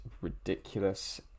ridiculous